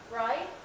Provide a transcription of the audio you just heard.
right